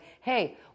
hey